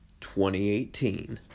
2018